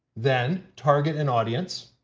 then, target an audience.